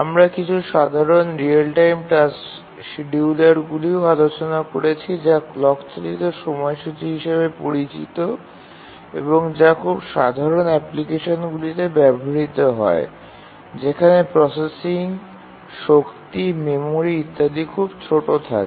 আমরা কিছু সাধারণ রিয়েল টাইম টাস্ক শিডিয়ুলারগুলিও আলোচনা করেছি যা ক্লক চালিত সময়সূচী হিসাবে পরিচিত এবং যা খুব সাধারণ অ্যাপ্লিকেশনগুলিতে ব্যবহৃত হয় যেখানে প্রসেসিং শক্তি মেমরি ইত্যাদি খুব ছোট থাকে